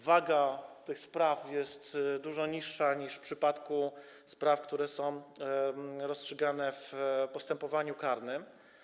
Waga tych spraw jest dużo niższa niż w przypadku spraw, które są rozstrzygane w postępowaniu karnym.